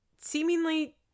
seemingly